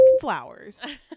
flowers